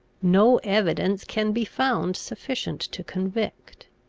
no evidence can be found sufficient to convict.